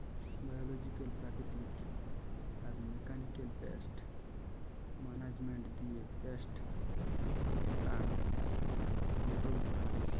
biological প্রাকৃতিক আর mechanical pest management দিয়ে পেস্ট এট্যাক কন্ট্রোল করা হতিছে